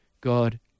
God